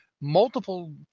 multiple